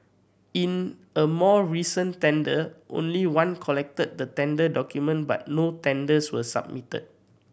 in a more recent tender only one collected the tender document but no tenders were submitted